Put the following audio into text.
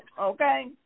okay